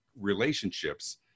relationships